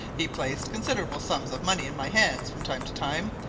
he placed considerable sums of money in my hands from time to time,